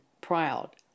proud